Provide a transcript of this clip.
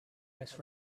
less